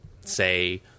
say